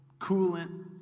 coolant